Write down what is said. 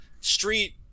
street